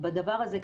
ובדבר הזה,